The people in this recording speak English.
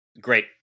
Great